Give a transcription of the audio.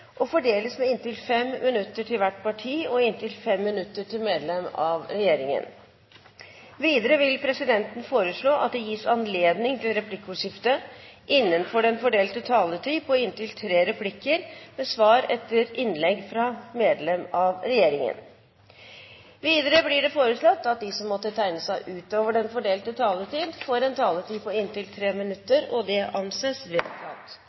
og fordeles med inntil 5 minutter til hvert parti og inntil 5 minutter til medlem av regjeringen. Videre vil presidenten foreslå at det gis anledning til replikkordskifte på inntil tre replikker med svar etter innlegg fra medlem av regjeringen innenfor den fordelte taletid. Videre blir det foreslått at de som måtte tegne seg på talerlisten utover den fordelte taletid, får en taletid på inntil 3 minutter. – Det anses vedtatt.